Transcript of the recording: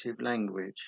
language